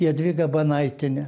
jadvyga banaitienė